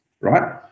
right